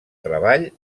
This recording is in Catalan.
treball